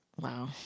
wow